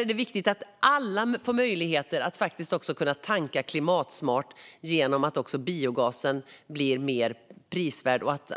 är viktigt att alla får möjlighet att tanka klimatsmart genom att biogasen blir mer prisvärd och att